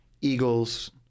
eagles